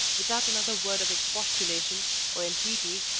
without another word of expostulation or entreaty,